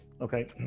Okay